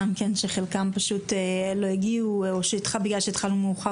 שחלקם לא הגיעו או שהיו צריכים לצאת בגלל שהתחלנו מאוחר,